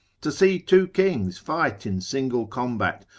to see two kings fight in single combat,